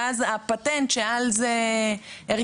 ואז הפטנט שעל זה הרכיבו,